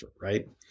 right